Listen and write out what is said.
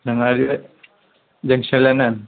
Thiruvangad ജംഗഷല്ലന്നാണ്